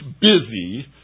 busy